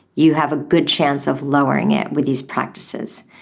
you have a good chance of lowering it with these practices.